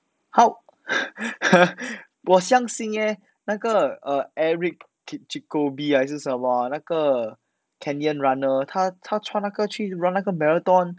how 我相信 eh 那个 err eric kichikobe 还是什么啊那个 kenyan runner 他他穿那个去 run 那个 marathon